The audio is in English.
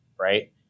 right